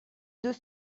deux